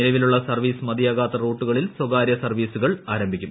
നിലവിലുള്ള സർവ്വീസ് മതിയാകാത്ത റൂട്ടുകളിൽ സ്വകാര്യ സർവീസുകൾ ആരംഭിക്കും